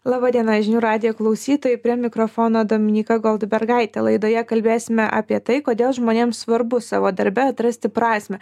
laba diena žinių radijo klausytojai prie mikrofono dominyka goldbergaitė laidoje kalbėsime apie tai kodėl žmonėms svarbu savo darbe atrasti prasmę